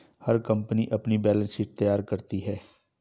हर company अपनी balance sheet तैयार करती है